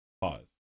Pause